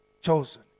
Chosen